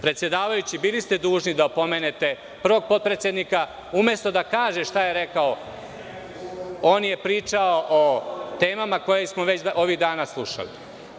Predsedavajući, bili ste dužni da opomenete prvog potredsednika, umesto da kaže šta je rekao, on je pričao o temama koje smo već ovih dana slušali.